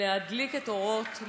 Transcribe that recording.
להדליק את האורות,